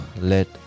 let